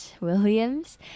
Williams